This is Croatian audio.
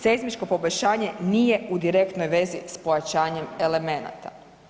Seizmičko poboljšanje nije u direktnoj vezi s pojačanjem elemenata.